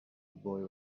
boy